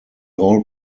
all